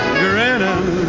grinning